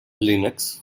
linux